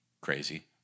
Crazy